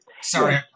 Sorry